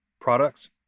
products